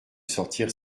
sortir